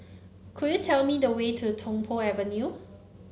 could you tell me the way to Tung Po Avenue